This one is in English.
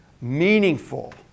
meaningful